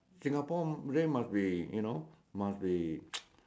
Singapore brain must be you know must be